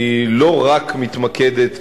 לא רק מתמקדת,